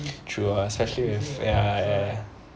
true ah especially with ya ya